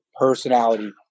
personality